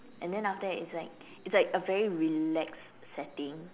and then after that it's like it's like a very relaxed setting